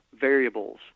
variables